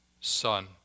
son